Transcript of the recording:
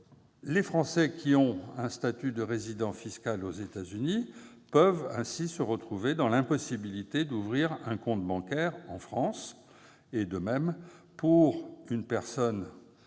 Les Français ayant le statut de résident fiscal aux États-Unis peuvent ainsi se retrouver dans l'impossibilité d'ouvrir un compte bancaire en France. En outre, les personnes